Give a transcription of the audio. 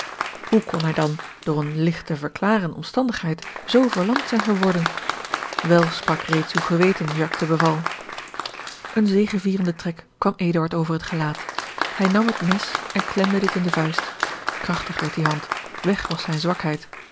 hoe kon hij dan door eene ligt te verklaren omstandigheid zoo verlamd zijn geworden wel sprak reeds uw geweten jacques de beval een zegevierende trek kwam eduard over het gelaat hij nam het mes en klemde dit in de vuist krachtig werd die hand weg was zijne zwakheid